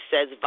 says